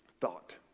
thought